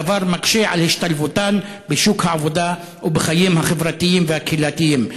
הדבר מקשה את השתלבותן בשוק העבודה ובחיים החברתיים והקהילתיים.